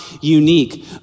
unique